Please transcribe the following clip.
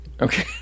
Okay